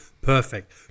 Perfect